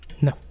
No